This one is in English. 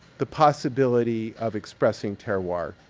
the possibility of expressing terroir.